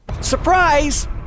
surprise